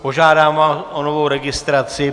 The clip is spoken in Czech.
Požádám vás o novou registraci.